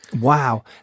Wow